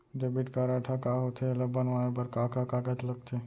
Debit card ह का होथे एला बनवाए बर का का कागज लगथे?